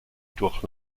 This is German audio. durch